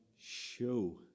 show